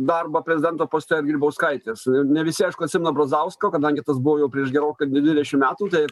darbą prezidento poste ar grybauskaitės ne visi aišku atsimena brazausko kadangi tas buvo jau prieš gerokai dvidešim metų tai